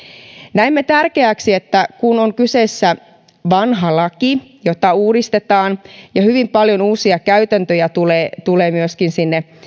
näemme tärkeäksi että kun on kyseessä vanha laki jota uudistetaan ja hyvin paljon uusia käytäntöjä tulee tulee myöskin sinne